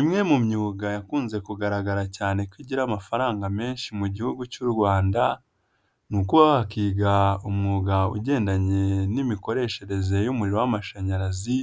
Imwe mu myuga yakunze kugaragara cyane ko igira amafaranga menshi mu Gihugu cy'u Rwanda ni ukuba wakiga umwuga ugendanye n'imikoreshereze y'umuriro w'amashanyarazi